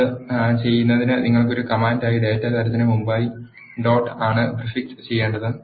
അത് ചെയ്യുന്നതിന് നിങ്ങൾ ഒരു കമാൻഡായി ഡാറ്റാ തരത്തിന് മുമ്പായി ഡോട്ട് ആണ് പ്രിഫിക് സ് ചെയ്യേണ്ടത്